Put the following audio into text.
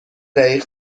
دقیق